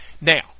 Now